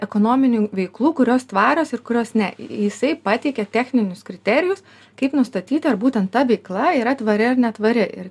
ekonominių veiklų kurios tvarios ir kurios ne jisai pateikė techninius kriterijus kaip nustatyti ar būtent ta veikla yra tvari ar netvari ir